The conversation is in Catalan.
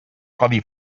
codi